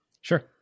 Sure